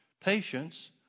patience